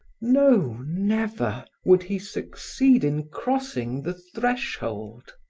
no never would he succeed in crossing the threshold.